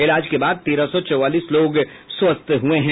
इलाज के बाद तेरह सौ चौवालीस लोग स्वस्थ हुए हैं